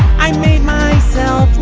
i made myself